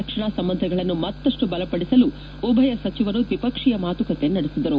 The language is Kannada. ರಕ್ಷಣಾ ಸಂಬಂಧಗಳನ್ನು ಮತ್ತಷ್ಟು ಬಲಪಡಿಸಲು ಉಭಯ ಸಚಿವರು ದ್ವಿಪಕ್ಷೀಯ ಮಾತುಕತೆ ನಡೆಸಿದರು